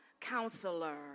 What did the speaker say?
Counselor